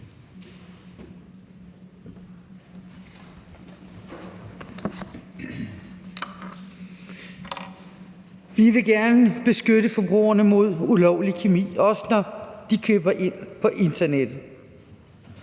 Vi vil gerne beskytte forbrugerne mod ulovlig kemi, også når de køber ind på internettet.